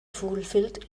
fulfilled